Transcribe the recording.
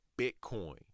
Bitcoin